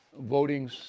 voting